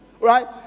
Right